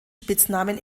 spitznamen